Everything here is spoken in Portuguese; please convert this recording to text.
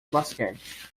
basquete